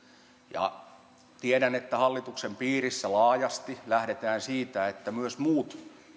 tiedän että hallituksen piirissä laajasti lähdetään siitä että myös muut